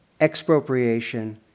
expropriation